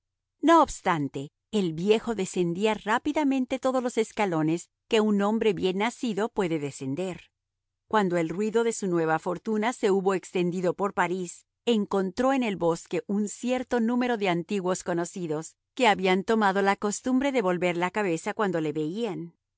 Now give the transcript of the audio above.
no obstante el viejo descendía rápidamente todos los escalones que un hombre bien nacido puede descender cuando el ruido de su nueva fortuna se hubo extendido por parís encontró en el bosque un cierto número de antiguos conocidos que habían tomado la costumbre de volver la cabeza cuando le veían